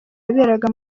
yaberaga